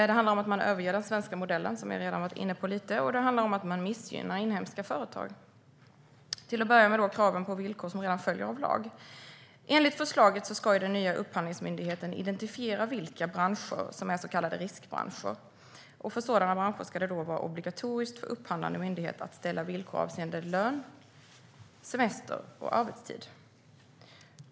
Det handlar om att överge den svenska modellen, vilket jag redan varit inne på, och det handlar om att inhemska företag missgynnas. När det gäller krav på villkor som redan följer av lag ska den nya upphandlingsmyndigheten enligt förslaget identifiera vilka branscher som är så kallade riskbranscher. För sådana branscher ska det vara obligatoriskt för upphandlande myndighet att ställa villkor avseende lön, semester och arbetstid.